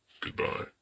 Goodbye